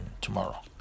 tomorrow